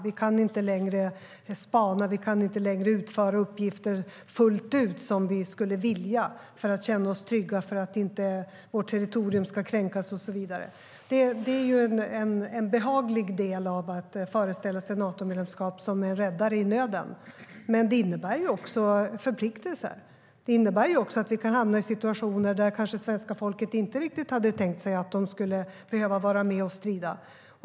Vi kan inte längre spana, vi kan inte längre utföra uppgifter fullt ut som vi skulle vilja för att känna oss trygga, för att inte vårt territorium ska kränkas och så vidare. Det är behagligt att föreställa sig ett Natomedlemskap som en räddare i nöden. Men det innebär också förpliktelser. Det innebär också att vi kan hamna i situationer där svenska folket kanske inte riktigt hade tänkt sig att de skulle behöva vara med och strida.